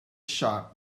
sharp